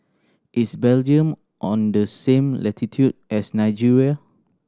is Belgium on the same latitude as Nigeria